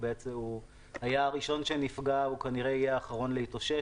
היה הראשון שנפגע, כנראה יהיה האחרון להתאושש.